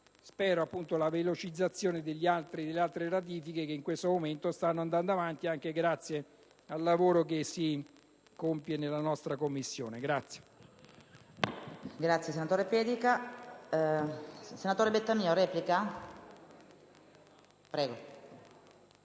la velocizzazione delle altre ratifiche, il cui *iter* in questo momento sta andando avanti anche grazie al lavoro che si compie nella nostra Commissione.